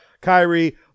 Kyrie